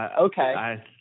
Okay